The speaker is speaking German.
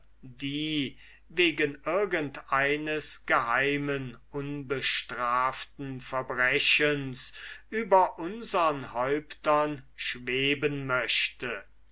die wegen irgend eines geheimen unbestraften verbrechens über unsern häuptern schweben möchte